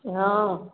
ହଁ